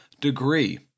degree